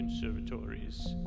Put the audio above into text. conservatories